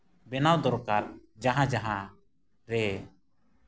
ᱵᱮᱱᱟᱣ ᱫᱚᱨᱠᱟᱨ ᱡᱟᱦᱟᱸ ᱡᱟᱦᱟᱸ ᱨᱮ